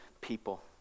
people